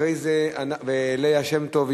וליה שמטוב,